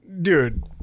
Dude